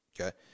Okay